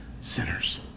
sinners